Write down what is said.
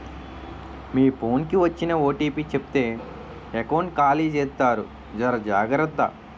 మీ phone కి వచ్చిన OTP చెప్తే ఎకౌంట్ ఖాళీ జెత్తారు జర జాగ్రత్త